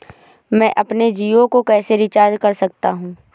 मैं अपने जियो को कैसे रिचार्ज कर सकता हूँ?